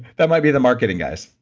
that might be the marketing guys.